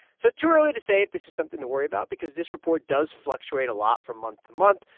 so too early to say if this is something to worry about because this report does fluctuate a lot from month to month,